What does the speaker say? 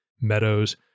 Meadows